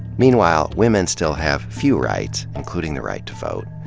meanwhile, women still have few rights, including the right to vote.